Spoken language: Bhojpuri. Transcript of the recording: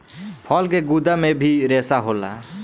फल के गुद्दा मे भी रेसा होला